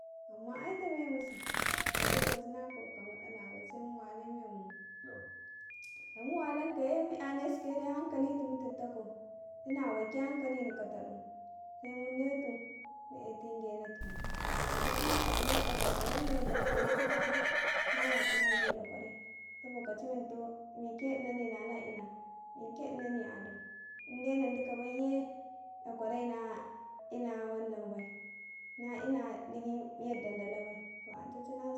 ﻿Amma ai tame musi to cina kau ka mastala bai se mu wali memmu da mu walensukaye mu yane sukau da hankalitumu umu tud ta kau cina waike hankalini ka tadu se mu netu mu e tun genatun to cinaka inau daukwarata mannan dafkenetaka ayan mala tumu a gi dakwarai saboka ci mentau me ke inane nala ina, mike inane a don inde na dika baiye ɗakwarai na ina wannan wai na ina digi yadda a ndala bai to ance cinasi kau.